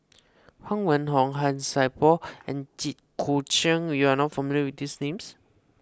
Huang Wenhong Han Sai Por and Jit Koon Ch'ng you are not familiar with these names